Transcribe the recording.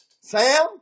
Sam